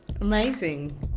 Amazing